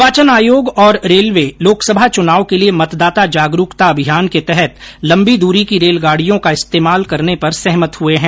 निर्वाचन आयोग और रेलवे लोकसभा चुनाव के लिए मतदाता जागरूकता अभियान के तहत लम्बी दूरी की रेलगाडियों का इस्तेमाल करने पर सहमत हुए हैं